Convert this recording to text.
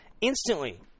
Instantly